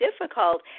difficult